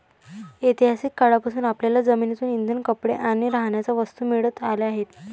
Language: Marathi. ऐतिहासिक काळापासून आपल्याला जमिनीतून इंधन, कपडे आणि राहण्याच्या वस्तू मिळत आल्या आहेत